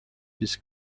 his